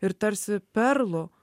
ir tarsi perlu